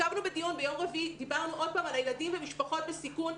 ישבנו בדיון ביום רביעי ודיברנו שוב על הילדים ומשפחות בסיכון.